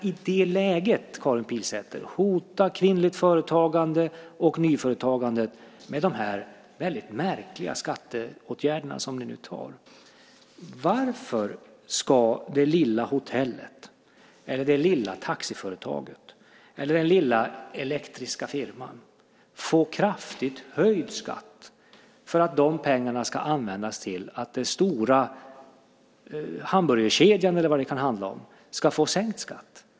I det läget, Karin Pilsäter, hotar ni kvinnligt företagande och nyföretagandet med dessa väldigt märkliga skatteåtgärder som ni nu föreslår. Varför ska det lilla hotellet, det lilla taxiföretaget eller den lilla elektriska firman få kraftigt höjd skatt för att de pengarna ska användas till att den stora hamburgerkedjan, eller vad det kan handla om, ska få sänkt skatt?